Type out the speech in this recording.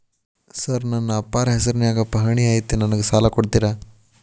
Sir ನನ್ನ ಅಪ್ಪಾರ ಹೆಸರಿನ್ಯಾಗ್ ಪಹಣಿ ಐತಿ ನನಗ ಸಾಲ ಕೊಡ್ತೇರಾ?